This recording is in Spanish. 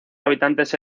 habitantes